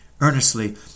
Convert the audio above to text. earnestly